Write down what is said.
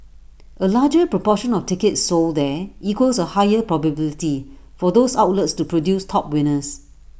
A larger proportion of tickets sold there equals A higher probability for those outlets to produce top winners